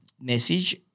message